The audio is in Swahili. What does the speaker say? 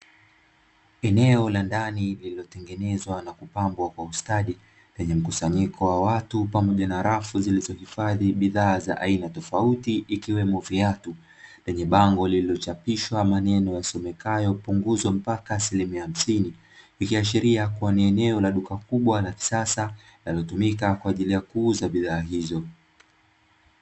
Eneo la ndani lililotengenezwa na kupambwa kwa ustadi, lenye mkusanyiko wa watu pamoja na rafu zilizo hifadhi bidhaa za aina tofauti ikiwemo viatu, lenye bango lilichapishwa maneno yasomekayo punguzo mpaka asilimia hamsini. Ikiashiria kuwa ni eneo la duka kubwa la kisasa linalotumika kwa ajili ya kuuza bidhaa hizo.